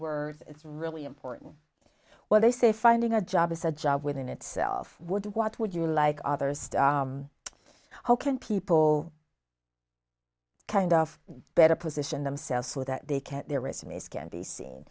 word it's really important well they say finding a job is a job within itself would what would you like others how can people kind of better position themselves so that they can their resumes can be seen